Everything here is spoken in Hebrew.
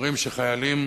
אומרים שחיילים